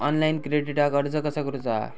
Online क्रेडिटाक अर्ज कसा करुचा?